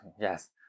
Yes